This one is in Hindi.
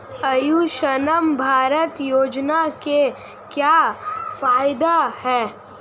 आयुष्मान भारत योजना के क्या फायदे हैं?